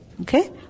Okay